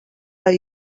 are